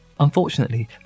Unfortunately